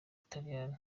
butaliyani